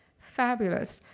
fabulous.